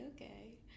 okay